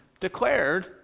declared